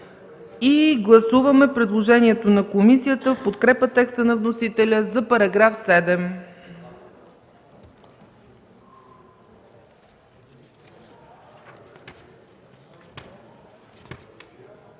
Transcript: Гласуваме предложението на комисията в подкрепа текста на вносителя за § 7.